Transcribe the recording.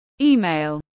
email